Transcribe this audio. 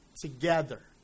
Together